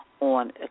on